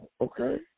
okay